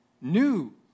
new